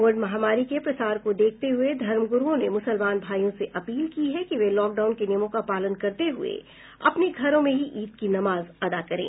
Covid महामारी के प्रसार को देखते हुये धर्म गुरूओं ने मुसलमान भाईयों से अपील की है कि वे लॉकडाउन के नियमों का पालन करते हुये अपने घरों में ही ईद की नमाज अदा करें